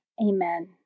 Amen